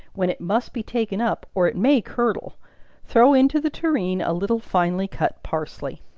when it must be taken up, or it may curdle throw into the tureen a little finely cut parsley.